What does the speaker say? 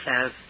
says